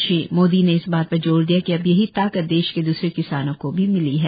श्री मोदी ने इस बात पर जोर दिया कि अब यही ताकत देश के दूसरे किसानों को भी मिली है